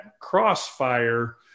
crossfire